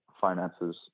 finances